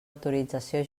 autorització